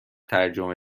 ترجمه